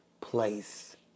place